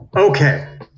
Okay